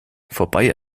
vorbei